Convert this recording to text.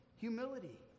humility